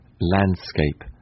landscape